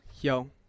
Yo